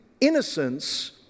innocence